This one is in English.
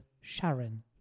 Sharon